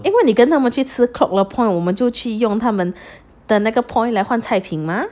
因为你跟他们去吃 clock 了 point 我们就去用他们的那个 point 来换菜品吗